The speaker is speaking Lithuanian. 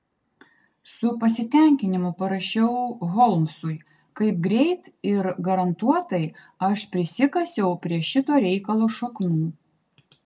su pasitenkinimu parašiau holmsui kaip greit ir garantuotai aš prisikasiau prie šito reikalo šaknų